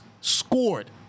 scored